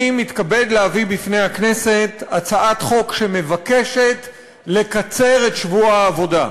אני מתכבד להביא בפני הכנסת הצעת חוק שמבקשת לקצר את שבוע העבודה.